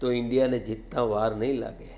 તો ઇન્ડિયાને જિતતા વાર નહીં લાગે